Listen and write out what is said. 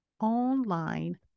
Online